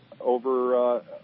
over